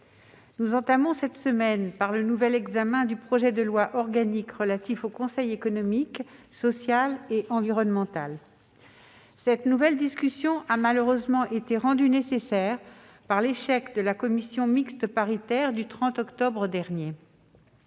nous entamons cette semaine par le nouvel examen du projet de loi organique relatif au Conseil économique, social et environnemental. Cette nouvelle discussion a malheureusement été rendue nécessaire par l'échec de la commission mixte paritaire du 30 octobre dernier.